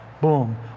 boom